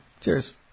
Cheers